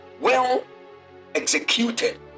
well-executed